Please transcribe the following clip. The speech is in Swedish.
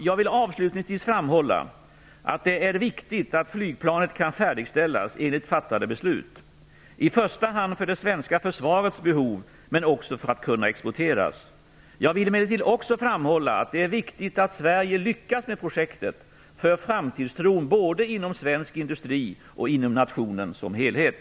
Jag vill avslutningsvis framhålla att det är viktigt att flygplanet kan färdigställas enligt fattade beslut, i första hand för det svenska försvarets behov, men också för att kunna exporteras. Jag vill emellertid också framhålla att det är viktigt att Sverige lyckas med projektet för framtidstron både inom svensk industri och inom nationen som helhet.